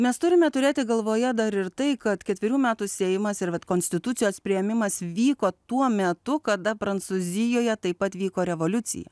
mes turime turėti galvoje dar ir tai kad ketverių metų seimas ir vat konstitucijos priėmimas vyko tuo metu kada prancūzijoje taip pat vyko revoliucija